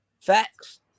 facts